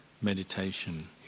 meditation